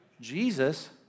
Jesus